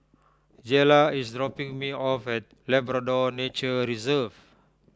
Jayla is dropping me off at Labrador Nature Reserve